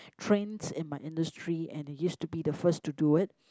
trends in my industry and it used to be the first to do it